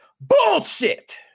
bullshit